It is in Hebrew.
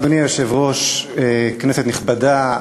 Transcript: אדוני היושב-ראש, כנסת נכבדה,